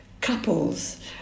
couples